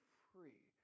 free